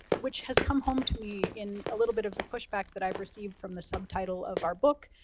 which has come home to me in a little bit of the pushback that i've received from the subtitle of our book,